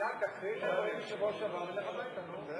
גלעד, תקריא את הדברים של, ונלך הביתה, נו.